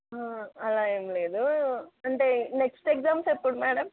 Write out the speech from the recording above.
అలా ఏమి లేదు అంటే నెక్స్ట్ ఎగ్జామ్స్ ఎప్పుడు మేడమ్